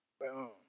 boom